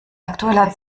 aktueller